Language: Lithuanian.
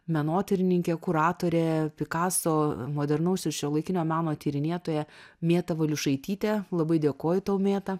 menotyrininkė kuratorė pikaso modernaus ir šiuolaikinio meno tyrinėtoja mėta valiušaitytė labai dėkoju tau mėta